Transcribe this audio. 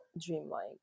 dreamlike